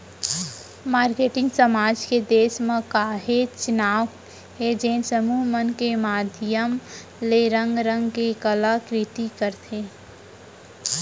marketing समाज के देस म काहेच नांव हे जेन समूह मन के माधियम ले रंग रंग के कला कृति करत हे